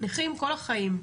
נכים כל החיים.